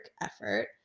effort